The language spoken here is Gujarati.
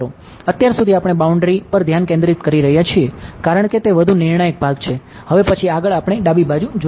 અત્યાર સુધી આપણે બાઉન્ડ્રી પર ધ્યાન કેન્દ્રિત કરી રહ્યા છીએ કારણ કે તે વધુ નિર્ણાયક ભાગ છે હવે પછી આગળ આપણે ડાબી બાજુ જોશું